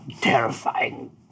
terrifying